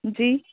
جی